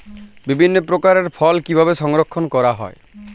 বিভিন্ন প্রকার ফল কিভাবে সংরক্ষণ করা হয়?